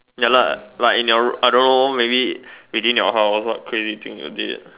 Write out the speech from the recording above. ya lah like you in your I don't know maybe within your house what crazy thing you did